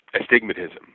astigmatism